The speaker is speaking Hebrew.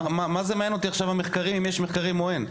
מה זה מעניין אותי עכשיו אם יש מחקרים או אין?